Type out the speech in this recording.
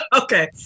Okay